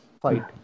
fight